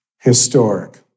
historic